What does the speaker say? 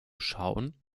schauen